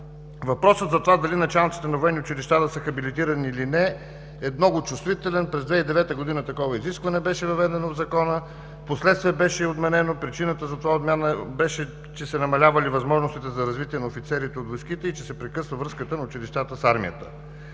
Въпросът за това дали началниците на военни училища да са хабилитирани, или не, е много чувствителен. През 2009 г. такова изискване беше въведено в Закона. Впоследствие беше отменено. Причината за тази отмяна беше, че се намалявали възможностите за развитие на офицерите от войските и че се прекъсва връзката на училищата с армията.